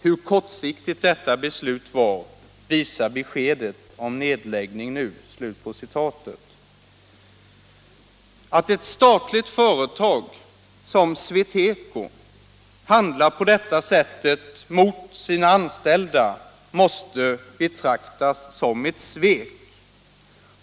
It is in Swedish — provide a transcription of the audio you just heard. Hur kortsiktigt detta beslut var visar beskedet om nedläggning nu.” Att ett statligt företag som SweTeco handlar på detta sätt mot sina anställda måste betecknas som ett svek.